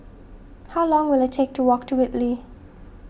how long will it take to walk to Whitley